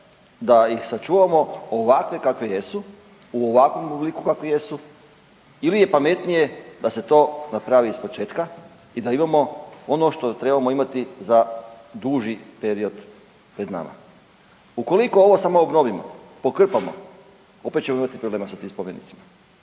da ih sačuvamo ovakve kakvi jesu, u ovakvom obliku kakvom jesu ili je pametnije da se to napravi ispočetka i da imamo ono što trebamo imati za duži period pred nama. Ukoliko ovo samo obnovimo, pokrpamo opet ćemo imati problema sa tim spomenicima,